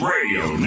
Radio